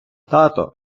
тато